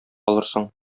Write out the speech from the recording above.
алырсың